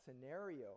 scenario